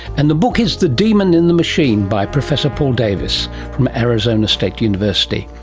and the book is the demon in the machine by professor paul davies from arizona state university.